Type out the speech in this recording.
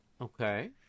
Okay